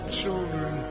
children